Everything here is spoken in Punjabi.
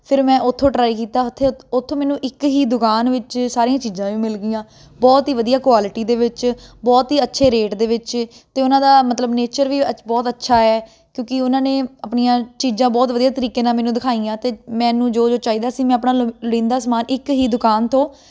ਫਿਰ ਮੈਂ ਉੱਥੋਂ ਟਰਾਈ ਕੀਤਾ ਉੱਥੇ ਉੱਥੋਂ ਮੈਨੂੰ ਇੱਕ ਹੀ ਦੁਕਾਨ ਵਿੱਚ ਸਾਰੀਆਂ ਚੀਜ਼ਾਂ ਵੀ ਮਿਲ ਗਈਆਂ ਬਹੁਤ ਹੀ ਵਧੀਆ ਕੁਆਲਿਟੀ ਦੇ ਵਿੱਚ ਬਹੁਤ ਹੀ ਅੱਛੇ ਰੇਟ ਦੇ ਵਿੱਚ ਅਤੇ ਉਹਨਾਂ ਦਾ ਮਤਲਬ ਨੇਚਰ ਵੀ ਅੱਜ ਬਹੁਤ ਅੱਛਾ ਹੈ ਕਿਉਂਕਿ ਉਹਨਾਂ ਨੇ ਆਪਣੀਆਂ ਚੀਜ਼ਾਂ ਬਹੁਤ ਵਧੀਆ ਤਰੀਕੇ ਨਾਲ ਮੈਨੂੰ ਦਿਖਾਈਆਂ ਅਤੇ ਮੈਨੂੰ ਜੋ ਜੋ ਚਾਹੀਦਾ ਸੀ ਮੈਂ ਆਪਣਾ ਲੋ ਲੋੜੀਂਦਾ ਸਮਾਨ ਇੱਕ ਹੀ ਤੋਂ